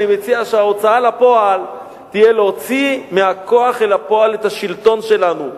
אני מציע שההוצאה לפועל תהיה להוציא מהכוח אל הפועל את השלטון שלנו,